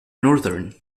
northern